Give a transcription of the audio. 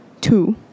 two